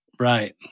Right